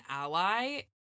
ally